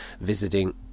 visiting